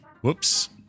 Whoops